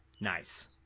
Nice